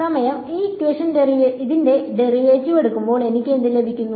സമയം ഡെറിവേറ്റീവ് എടുക്കുമ്പോൾ എനിക്ക് എന്ത് ലഭിക്കും